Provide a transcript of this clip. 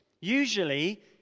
Usually